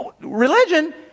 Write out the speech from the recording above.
Religion